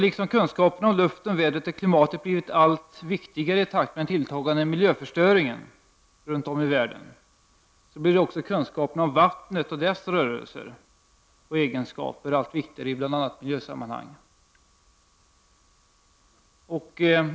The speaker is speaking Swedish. Liksom kunskaperna om luften, vädret och klimatet har blivit allt viktigare i takt med den tilltagande miljöförstöringen runt om i världen, blir också kunskaperna om vattnet och dess rörelser och egenskaper allt viktigare i bl.a. miljösammanhang.